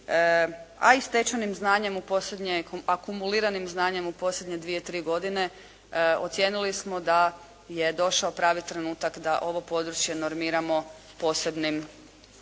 a i stečenim znanjem, akumuliranim znanjem u posljednje dvije, tri godine ocijenili smo da je došao pravi trenutak da ovo područje normiramo posebnim